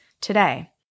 today